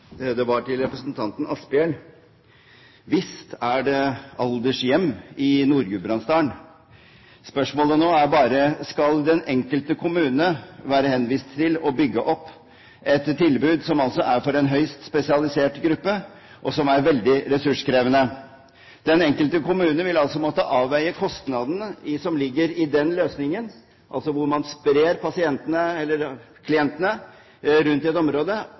Det var til representanten Asphjell: Visst er det aldershjem i Nord-Gudbrandsdalen. Spørsmålet er bare: Skal den enkelte kommune være henvist til å bygge opp et tilbud for en høyst spesialisert gruppe, som er veldig ressurskrevende? Den enkelte kommune vil altså måtte avveie kostnadene som ligger i den løsningen, der man sprer klientene rundt i et område,